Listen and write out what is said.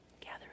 gather